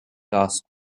task